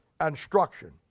instruction